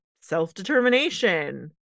self-determination